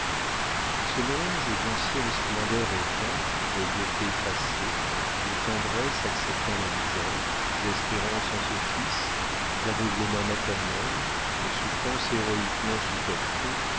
ce mélange d'ancienne splendeur éteinte de beauté passée de tendresse acceptant la misère d'espérance en ce fils d'aveuglement maternel de souffrances héroïquement supportées